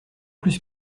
plus